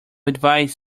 advise